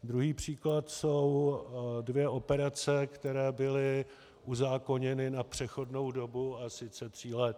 Druhý příklad jsou dvě operace, které byly uzákoněny na přechodnou dobu, a sice tří let.